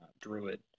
druid